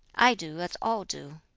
i do as all do.